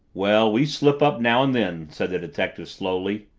well, we slip up now and then, said the detective slowly.